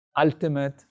ultimate